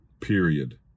Period